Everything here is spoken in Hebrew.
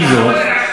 עם זאת,